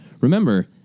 remember